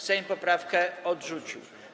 Sejm poprawkę odrzucił.